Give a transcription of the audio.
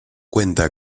cuenta